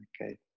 Okay